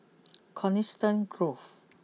Coniston Grove